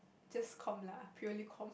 just com lah purely com